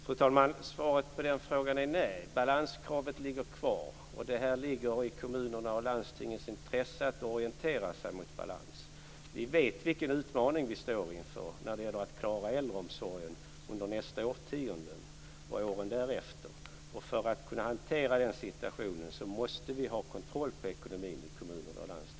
Fru talman! Svaret på den frågan är nej. Balanskravet ligger kvar. Och det ligger i kommunernas och landstingens intresse att orientera sig mot balans. Vi vet vilken utmaning vi står inför när det gäller att klara äldreomsorgen under nästa årtionde och åren därefter. För att kunna hantera den situationen måste vi ha kontroll på ekonomin i kommunerna och landstingen.